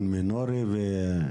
נכון.